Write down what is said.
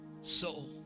soul